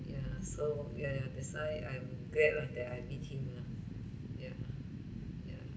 ya so ya ya that's why I'm glad lah that I meet him ah ya ya